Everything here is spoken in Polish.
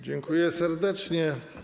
Dziękuję serdecznie.